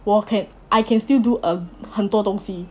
我 can I can still do a 很多东西